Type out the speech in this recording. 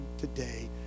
today